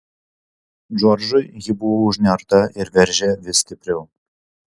džordžui ji buvo užnerta ir veržė vis stipriau